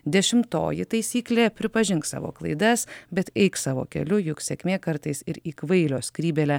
dešimtoji taisyklė pripažink savo klaidas bet eik savo keliu juk sėkmė kartais ir į kvailio skrybėlę